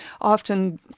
often